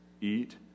Eat